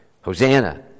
Hosanna